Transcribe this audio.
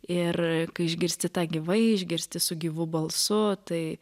ir kai išgirsti tą gyvai išgirsti su gyvu balsu tai